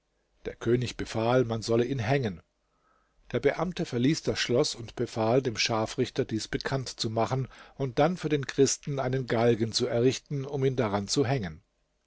der könig befahl man solle ihn hängen der beamte verließ das schloß und befahl dem scharfrichter dies bekannt zu machen und dann für den christen einen galgen zu errichten um ihn daran zu hängen